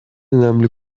önemli